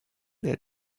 their